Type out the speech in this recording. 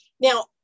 now